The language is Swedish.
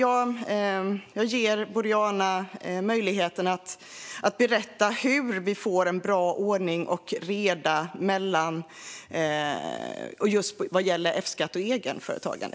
Jag ger Boriana möjligheten att berätta hur vi får en bra ordning och reda vad gäller F-skatt och egenföretagande.